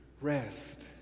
Rest